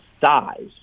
size